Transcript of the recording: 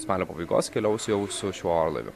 spalio pabaigos keliaus jau su šiuo orlaiviu